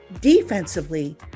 Defensively